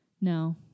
No